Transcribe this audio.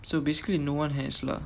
so basically no one has lah